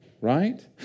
right